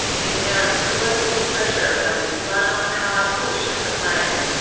there's now explosive pressure around this last hard push of the plan.